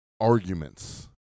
arguments